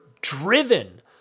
driven